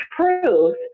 truth